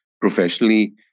professionally